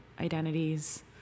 identities